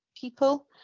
people